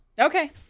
Okay